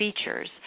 features